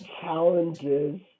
challenges